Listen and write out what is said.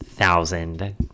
thousand